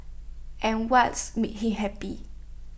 and what's make him happy